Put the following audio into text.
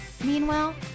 Meanwhile